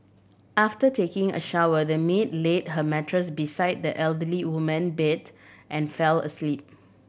after taking a shower the maid laid her mattress beside the elderly woman bed and fell asleep